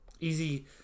Easy